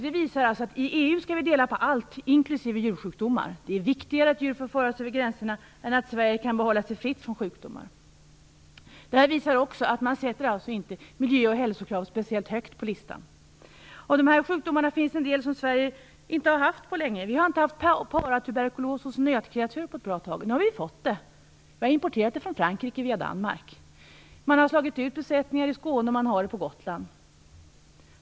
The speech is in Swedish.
Det visar att vi i EU skall dela på allt, inklusive djursjukdomar. Det är viktigare att djur får föras över gränserna än att Sverige kan hålla sig fritt från sjukdomar. Det visar också att man inte sätter miljö och hälsokrav speciellt högt på listan. Av dessa sjukdomar finns en del som Sverige inte har haft på länge. Vi har inte haft paratuberkulos hos nötkreatur på ett bra tag. Nu har vi fått det; vi har importerat det från Frankrike via Danmark. Besättningar i Skåne har slagits ut, och det finns på Gotland.